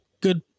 Good